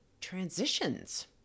Transitions